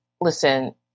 listen